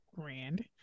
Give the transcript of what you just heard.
grand